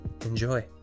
Enjoy